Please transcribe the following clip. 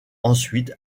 ensuite